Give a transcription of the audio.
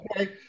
Okay